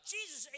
Jesus